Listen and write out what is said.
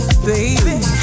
Baby